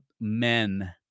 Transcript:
men